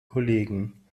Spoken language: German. kollegen